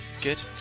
Good